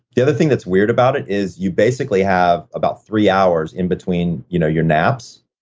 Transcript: the other thing that's weird about it is you basically have about three hours in between you know your naps,